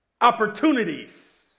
Opportunities